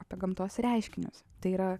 apie gamtos reiškinius tai yra